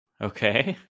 Okay